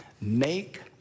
make